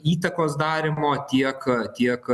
įtakos darymo tiek tiek